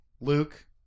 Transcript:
Luke